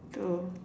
two